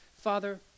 Father